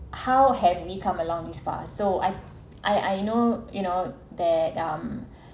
how have we come along this far so I I I know you know that um